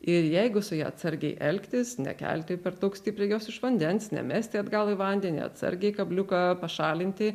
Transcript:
ir jeigu su ja atsargiai elgtis nekelti per daug stipriai jos iš vandens nemesti atgal į vandenį atsargiai kabliuką pašalinti